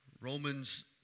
Romans